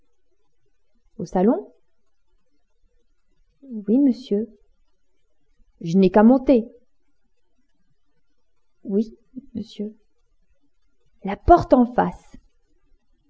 au salon oui monsieur je n'ai qu'à monter oui monsieur la porte en face